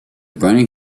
burning